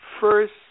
first